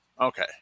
Okay